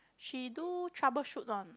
she do troubleshoot one